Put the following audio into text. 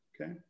Okay